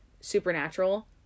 Supernatural